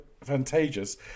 advantageous